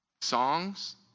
songs